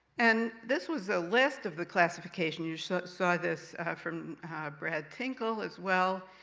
and this was the list of the classification. you you so saw this from brad tinkle as well,